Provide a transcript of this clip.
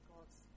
God's